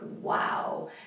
wow